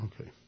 Okay